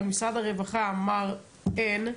אבל משרד הרווחה אמר: אין.